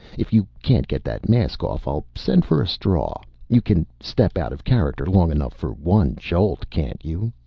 if you can't get that mask off i'll send for a straw. you can step out of character long enough for one jolt, can't you?